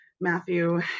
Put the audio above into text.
Matthew